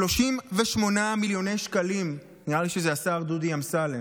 38 מיליוני שקלים, נראה לי שזה השר דודי אמסלם.